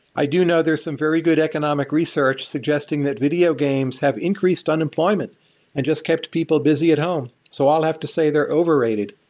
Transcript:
i do know there are some very good economic research suggesting that video games have increased unemployment and just kept people busy at homes. so i'll have to say they're overrated.